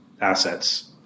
assets